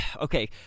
Okay